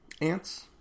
Ants